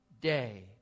day